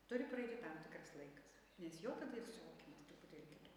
turi praeiti tam tikras laikas nes jo tada jis suvokiamas truputėlį kitaip